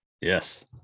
Yes